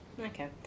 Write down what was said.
Okay